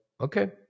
okay